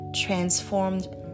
transformed